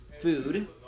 food